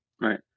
Right